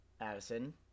Addison